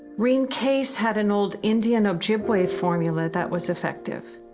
rene caisse had an old indian ojibway formula that was effective.